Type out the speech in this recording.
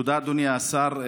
תודה, אדוני השר.